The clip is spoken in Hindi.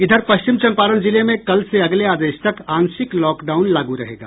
इधर पश्चिम चंपारण जिले में कल से अगले आदेश तक आंशिक लॉकडाउन लागू रहेगा